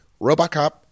RoboCop